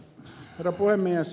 herra puhemies